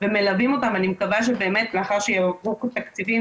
אני רוצה להתמקד רק בפינה של אנחנו שעובדים בשירות הציבורי,